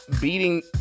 beating